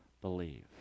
believe